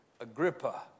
Agrippa